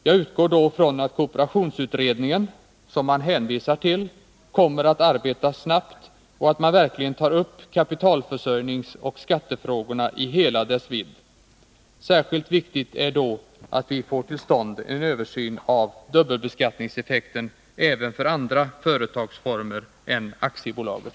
Jag utgår då från att kooperationsutredningen, som man hänvisar till, kommer att arbeta snabbt och att den verkligen tar upp kapitalförsörjningsoch skattefrågorna i hela deras vidd. Särskilt viktigt är det då att vi får till stånd en översyn av dubbelbeskattningseffekten även för andra företagsformer än aktiebolaget.